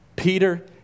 Peter